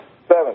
Seven